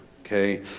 okay